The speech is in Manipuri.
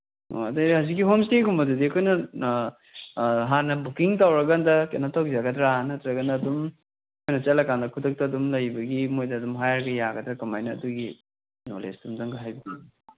ꯑꯣ ꯑꯗꯒꯤ ꯍꯧꯖꯤꯛꯀꯤ ꯍꯣꯝ ꯏꯁꯇꯦꯒꯨꯝꯕꯗꯨꯗꯤ ꯑꯩꯈꯣꯏꯅ ꯍꯥꯟꯅ ꯕꯨꯀꯤꯡ ꯇꯧꯔꯀꯥꯟꯗ ꯀꯩꯅꯣ ꯇꯧꯖꯒꯗ꯭ꯔꯥ ꯅꯠꯇ꯭ꯔꯒꯅ ꯑꯗꯨꯝ ꯑꯩꯈꯣꯏꯅ ꯆꯠꯂꯀꯥꯟꯗ ꯈꯨꯗꯛꯇ ꯑꯗꯨꯝ ꯂꯩꯕꯒꯤ ꯃꯣꯏꯗ ꯑꯗꯨꯝ ꯍꯥꯏꯔꯒ ꯌꯥꯒꯗ꯭ꯔꯥ ꯀꯃꯥꯏꯅ ꯑꯗꯨꯒꯤ ꯅꯣꯂꯦꯖꯇꯨꯝꯇꯪꯒ ꯍꯥꯏꯕꯤꯌꯨ